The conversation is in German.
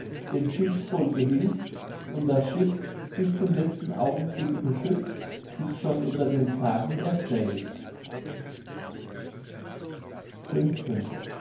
dem schiffsvolke hilft und das schiff bis zum letzten augenblicke beschützt ist schon unter den sagen erzählt